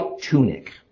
tunic